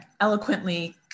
eloquently